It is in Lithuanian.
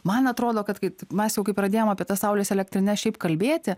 man atrodo kad kai tik mes jau pradėjom apie tą saulės elektrines šiaip kalbėti